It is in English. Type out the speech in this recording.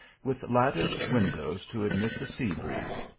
with latticed win dows to admit the sea breeze.